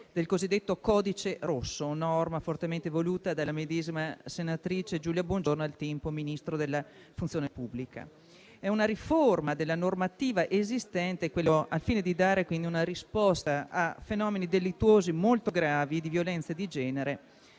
del cosiddetto codice rosso, norma fortemente voluta dalla medesima senatrice, al tempo Ministro della funzione pubblica. È una riforma della normativa esistente, al fine di dare una risposta a fenomeni delittuosi molto gravi di violenza di genere,